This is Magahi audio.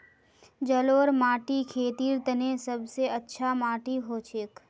जलौढ़ माटी खेतीर तने सब स अच्छा माटी हछेक